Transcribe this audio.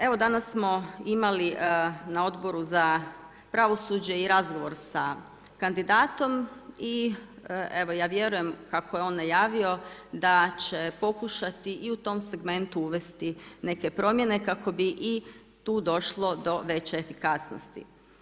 Evo danas smo imali na Odboru za pravosuđe i razgovor sa kandidatom i evo ja vjerujem kako je on najavio da će pokušati i u tom segmentu uvesti neke promjene kako bi i tu došlo do veće efikasnosti.